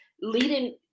leading